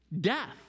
death